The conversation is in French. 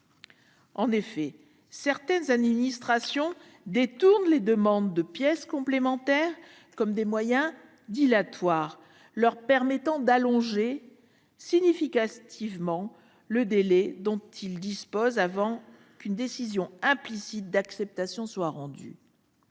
En effet, certaines administrations détournent les demandes de pièces complémentaires, dans le cadre d'une manoeuvre dilatoire visant à allonger significativement le délai dont elles disposent avant qu'une décision implicite d'acceptation soit rendue.